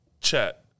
chat